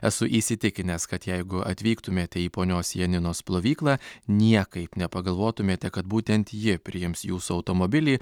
esu įsitikinęs kad jeigu atvyktumėte į ponios janinos plovyklą niekaip nepagalvotumėte kad būtent ji priims jūsų automobilį